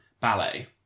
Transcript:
ballet